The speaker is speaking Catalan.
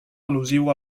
al·lusiu